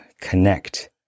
connect